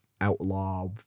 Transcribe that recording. outlaw